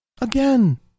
Again